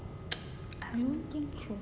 I don't think can